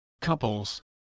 couples